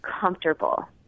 comfortable